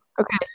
Okay